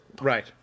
Right